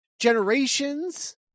Generations